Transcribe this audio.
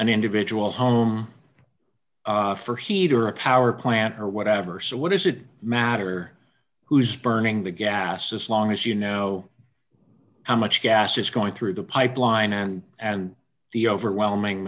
an individual home for heat or a power plant or whatever so what does it matter who's burning the gas as long as you know how much gas is going through the pipeline and and the overwhelming